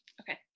okay